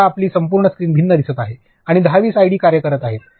आता आपली संपूर्ण स्क्रीन भिन्न दिसत आहे आणि १० २० आयडी कार्य करीत आहेत